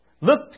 Look